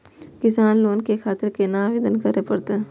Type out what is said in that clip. किसान लोन के खातिर केना आवेदन करें परतें?